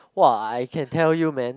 !wah! I can tell you man